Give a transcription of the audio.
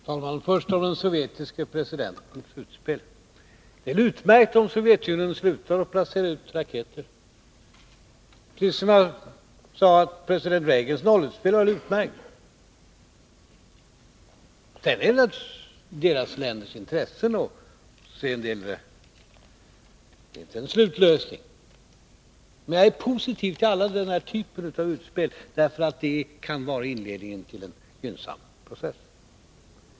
Herr talman! Först om den sovjetiske presidentens utspel. Det är utmärkt om Sovjetunionen slutar att placera ut raketer, precis som, vilket jag sade, president Reagans nollutspel var utmärkt. Naturligtvis innebär inte detta att man har funnit en slutlösning, men jag är positiv till hela den här typen av utspel, därför att de kan vara inledningen till en gynnsam process.